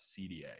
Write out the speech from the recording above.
CDA